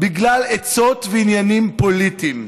בגלל עצות ועניינים פוליטיים.